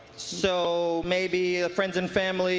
so maybe ah friends and family